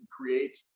create